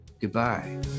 Goodbye